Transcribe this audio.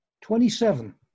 twenty-seven